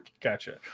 Gotcha